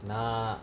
nah